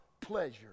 pleasure